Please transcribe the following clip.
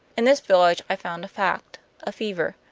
in this village i found a fact a fever.